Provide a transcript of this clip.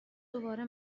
دوباره